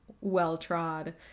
well-trod